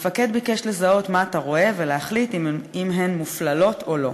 המפקד ביקש לזהות 'מה אתה רואה' ולהחליט אם הן מופללות או לא.